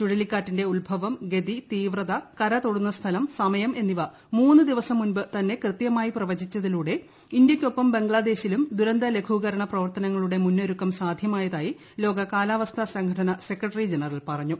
ചുഴലിക്കാറ്റിന്റെ ഉത്ഭവം ഗ്നിതി ത്രീവത കരതൊടുന്ന സ്ഥലം സമയം എന്നിവ മൂന്ന് ദ്ദിപ്പ്സ്ട് മുൻപ് തന്നെ കൃത്യമായി പ്രവചിച്ചതിലൂടെ ഇന്ത്യയ്ക്കൊപ്പം ബംഗ്ലാദേശിലും ദുരന്ത ലഘൂകരണ പ്രവർത്തനങ്ങളില്ടൂടെ ് മുന്നൊരുക്കം സാധൃമായതായി ലോക കാലാവസ്ഥാ സ്ട്ര്ല്ടിന സെക്രട്ടറി ജനറൽ പറഞ്ഞു